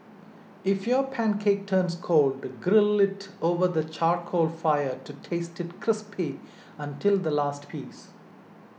if your pancake turns cold grill it over the charcoal fire to taste it crispy until the last piece